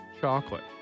chocolate